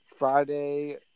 Friday